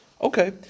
Okay